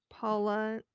Paula